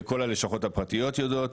וכל הלשכות הפרטיות יודעות,